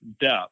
depth